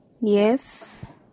Yes